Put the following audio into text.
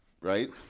right